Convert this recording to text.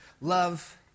love